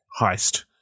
heist